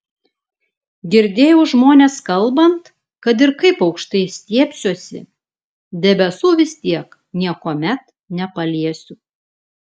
girdėjau žmones kalbant kad ir kaip aukštai stiebsiuosi debesų vis tiek niekuomet nepaliesiu